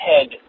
head